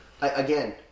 again